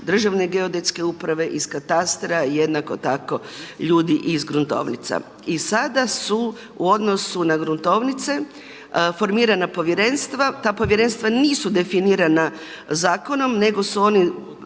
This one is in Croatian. Državne geodetske uprave, iz katastra i jednako tako ljudi iz gruntovnica. I sada su u odnosu na gruntovnice formirana povjerenstva, ta povjerenstva nisu definirana zakonom nego su oni,